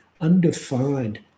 undefined